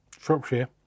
Shropshire